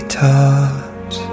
taught